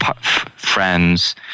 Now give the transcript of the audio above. friends